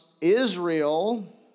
Israel